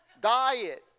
Diet